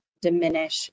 diminish